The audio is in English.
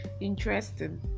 interesting